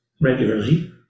regularly